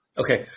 Okay